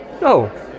No